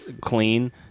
clean